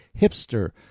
Hipster